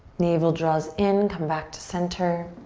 navel draws in, come back to center.